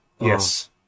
Yes